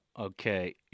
Okay